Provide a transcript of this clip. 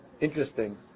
interesting